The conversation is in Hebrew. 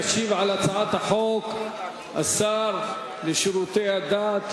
ישיב על הצעת החוק השר לשירותי הדת,